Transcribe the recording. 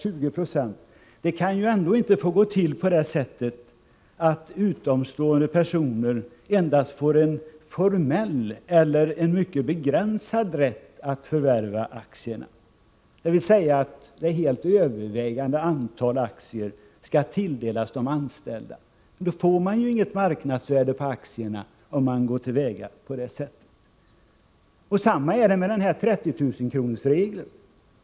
Jag tycker inte att det får gå till på det sättet att utomstående personer endast får en formell eller en mycket begränsad rätt att förvärva de aktuella aktierna, dvs. att det helt övervägande antalet aktier skall tilldelas de anställda. Går man till väga på det sättet får man inget marknadsvärde på aktierna. På samma sätt är det med 30 000-kronorsregeln.